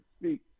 speak